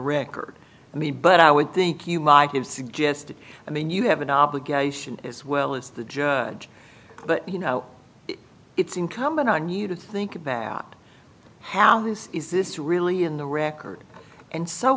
for me but i would think you might have suggested i mean you have an obligation as well as the judge but you know it's incumbent on you to think about how this is this really in the record and so